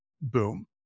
boom